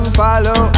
follow